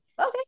Okay